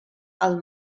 del